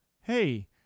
hey